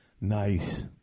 Nice